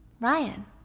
Ryan